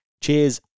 Cheers